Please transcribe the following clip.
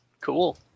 cool